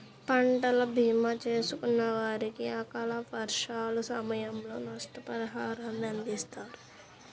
పంటల భీమా చేసుకున్న వారికి అకాల వర్షాల సమయంలో నష్టపరిహారాన్ని అందిస్తారు